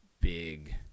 big